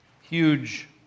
huge